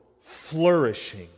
flourishing